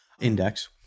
index